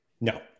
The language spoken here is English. No